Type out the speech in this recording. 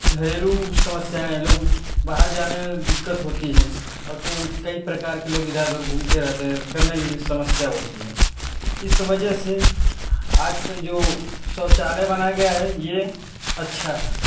घरेलू समस्याएँ लोग बाहर जाने में दिक्कत होती हैं और क्यों कई प्रकार के लोग इधर उधर घूमते रहते हैं करने भी में समस्या होती हैं इस वजह से आजकल जो शौचालय बनाया गया है ये अच्छा है